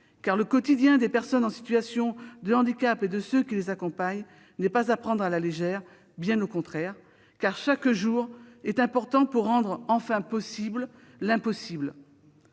car le quotidien des personnes en situation de handicap et de ceux qui les accompagnent n'est pas à prendre à la légère, bien au contraire ; car chaque jour est important pour rendre enfin possible l'impossible.